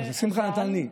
שמחה נתן לי.